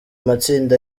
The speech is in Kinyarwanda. matsinda